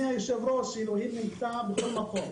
אלוהים נמצא בכל מקום,